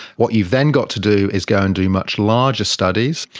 what you've then got to do is go and do much larger studies,